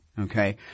Okay